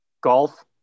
Golf